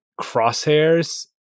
Crosshair's